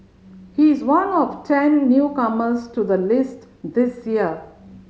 he is one of ten newcomers to the list this year